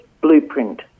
blueprint